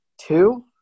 two